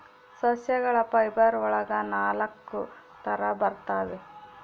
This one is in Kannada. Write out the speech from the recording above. ಸಸ್ಯಗಳ ಫೈಬರ್ ಒಳಗ ನಾಲಕ್ಕು ತರ ಬರ್ತವೆ